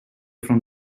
from